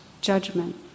Judgment